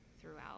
throughout